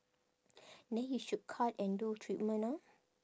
then you should cut and do treatment ah